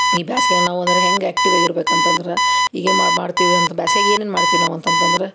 ಈ ಬ್ಯಾಸ್ಗೆಲಿ ನಾವು ಅಂದ್ರೆ ಹೆಂಗೆ ಆ್ಯಕ್ಟಿವಾಗಿ ಇರ್ಬೇಕು ಅಂತಂದ್ರೆ ಹೀಗೆ ಮಾಡ್ತೀವಿ ಅಂತ ಬ್ಯಾಸ್ಯಾಗೆ ಏನೇನು ಮಾಡ್ತೀವಿ ನಾವು ಅಂತಂದು ಅಂದ್ರೆ